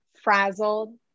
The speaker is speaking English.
frazzled